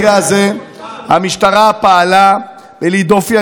התרשמתי שבמקרה הזה המשטרה פעלה בלי דופי.